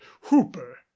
Hooper